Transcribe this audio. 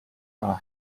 are